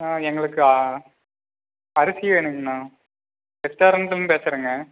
எங்களுக்கு அரிசி வேணுங்கண்ணா ரெஸ்டாரண்ட்லருந்து பேசுகிறங்க